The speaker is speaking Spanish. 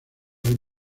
hay